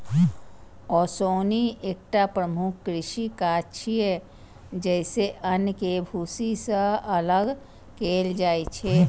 ओसौनी एकटा प्रमुख कृषि काज छियै, जइसे अन्न कें भूसी सं अलग कैल जाइ छै